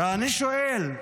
ואני שואל: